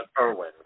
Irwin